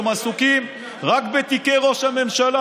הם עסוקים רק בתיקי ראש הממשלה,